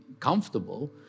comfortable